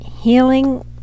healing